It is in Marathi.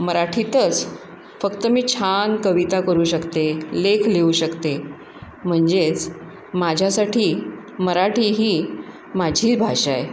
मराठीतच फक्त मी छान कविता करू शकते लेख लिहू शकते म्हणजेच माझ्यासाठी मराठी ही माझी भाषा आहे